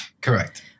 Correct